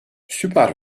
süper